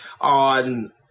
on